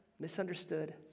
misunderstood